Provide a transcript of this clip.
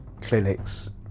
clinics